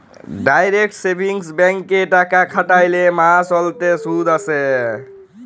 direct savings ব্যাংকে টাকা খ্যাটাইলে মাস অল্তে সুদ আসে